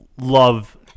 Love